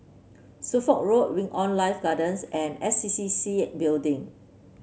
Suffolk Road Wing On Life Gardens and S C C C Building